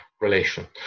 relation